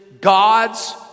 God's